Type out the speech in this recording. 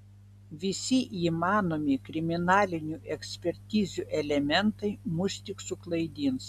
visi įmanomi kriminalinių ekspertizių elementai mus tik suklaidins